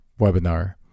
webinar